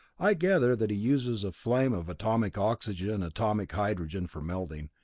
i gather that he uses a flame of atomic oxygen-atomic hydrogen for melting,